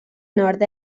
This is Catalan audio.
nord